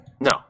No